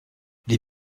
les